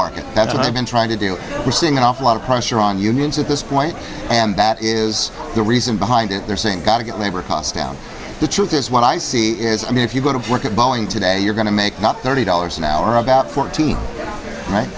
market that's what i've been trying to do we're seeing an awful lot of pressure on unions at this point and that is the reason behind it they're saying gotta get labor costs down the truth is when i see is i mean if you go to work at boeing today you're going to make not thirty dollars an hour about fourteen